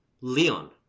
Leon